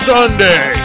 Sunday